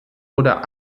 oder